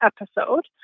episode